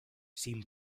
sin